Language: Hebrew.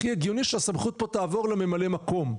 הכי הגיוני שהסמכות פה תעבור לממלא מקום,